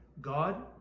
God